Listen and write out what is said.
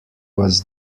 was